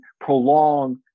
prolong